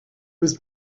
was